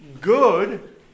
good